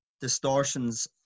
distortions